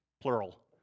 plural